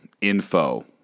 info